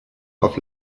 auf